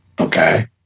Okay